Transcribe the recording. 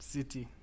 City